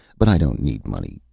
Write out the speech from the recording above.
but i don't need money.